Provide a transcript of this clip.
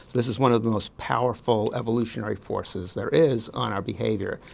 this is one of the most powerful evolutionary forces there is on our behaviour,